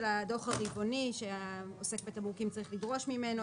הדוח הרבעוני שהעוסק בתמרוקים צריך לדרוש ממנו,